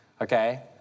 okay